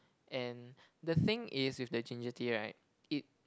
and the thing is with the ginger tea right it